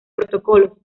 protocolos